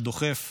ודוחף